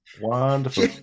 Wonderful